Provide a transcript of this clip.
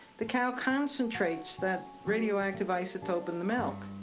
the cow concentrates that radioactive isotope in the milk.